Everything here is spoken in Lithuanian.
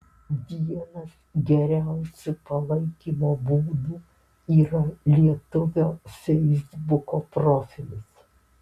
vienas geriausių palaikymo būdų yra lietuvio feisbuko profilis